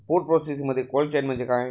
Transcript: Food प्रोसेसिंगमध्ये cold chain म्हणजे काय?